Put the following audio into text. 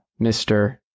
Mr